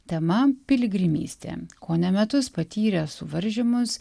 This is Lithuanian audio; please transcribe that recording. tema piligrimystė kone metus patyrė suvaržymus